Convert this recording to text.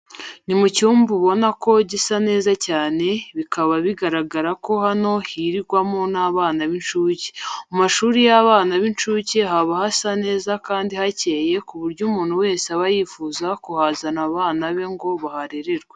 Ni mu cyumba ubona ko gisa neza cyane, bikaba bigaragara ko hano higirwamo n'abana b'incuke. Mu mashuri y'abana b'incuke haba hasa neza kandi hacyeye ku buryo umuntu wese aba yifuza kuhazana bana be ngo baharererwe.